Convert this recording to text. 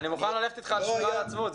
אני מוכן ללכת אתך על שמירה על העצמאות.